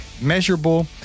measurable